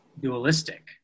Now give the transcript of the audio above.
dualistic